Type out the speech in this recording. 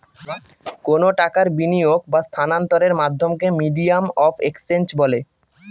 কোনো টাকার বিনিয়োগ বা স্থানান্তরের মাধ্যমকে মিডিয়াম অফ এক্সচেঞ্জ বলে